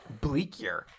Bleakier